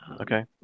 Okay